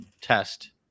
test